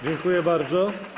Dziękuję bardzo.